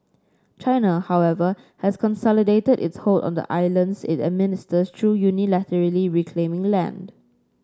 China however has consolidated its hold on the islands it administers through unilaterally reclaiming land